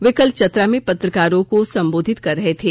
वे कल चतरा में पत्रकारों को संबोधित कर रहे थे